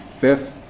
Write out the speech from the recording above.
fifth